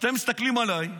כשאתם מסתכלים עליי,